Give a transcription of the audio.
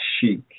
chic